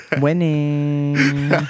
winning